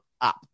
up